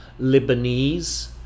Lebanese